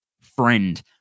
friend